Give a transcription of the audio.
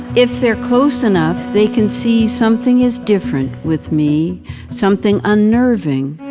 if they're close enough, they can see something is different with me something unnerving,